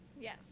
Yes